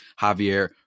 javier